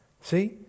See